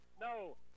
no